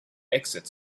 exit